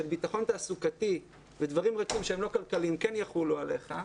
ביטחון תעסוקתי ודברים שהם לא כלכליים כן יחולו עליך,